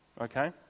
okay